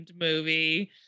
movie